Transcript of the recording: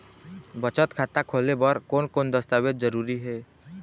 बचत खाता खोले बर कोन कोन दस्तावेज जरूरी हे?